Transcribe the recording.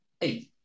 eight